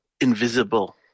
invisible